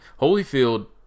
Holyfield